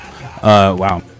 Wow